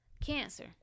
cancer